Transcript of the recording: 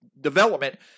development